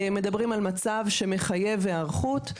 אנחנו מדברים על מצב שמחייב היערכות,